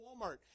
Walmart